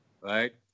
Right